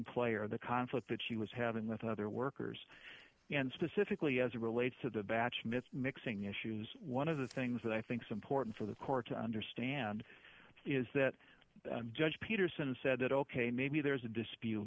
player the conflict that she was having with other workers and specifically as it relates to the batch mit's mixing issues one of the things that i think support for the court to understand is that judge peterson said that ok maybe there's a dispute